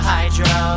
Hydro